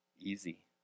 easy